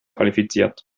qualifiziert